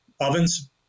ovens